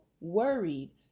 worried